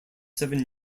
seven